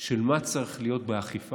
של מה צריך להיות באכיפה,